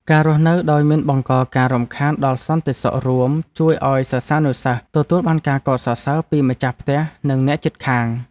ការរស់នៅដោយមិនបង្កការរំខានដល់សន្តិសុខរួមជួយឱ្យសិស្សានុសិស្សទទួលបានការកោតសរសើរពីម្ចាស់ផ្ទះនិងអ្នកជិតខាង។